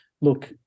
look